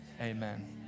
amen